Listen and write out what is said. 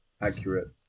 accurate